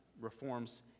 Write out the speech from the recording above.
reforms